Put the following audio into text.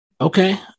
Okay